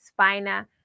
spina